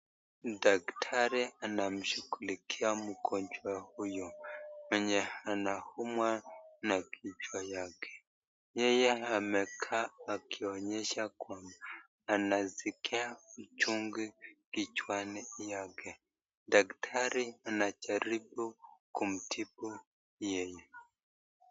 Daktari anamshughulikia mgonjwa huyu mwenye anaumwa na kichwa yake. Yeye amekaa akionyesha kwamba anasikia uchungu kichwani yake. Daktari anajaribu kumtibu yeye.